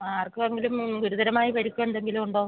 ആർക്കെങ്കിലും ഗുരുതരമായ പരിക്കെന്തെങ്കിലും ഉണ്ടോ